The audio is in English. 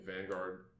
Vanguard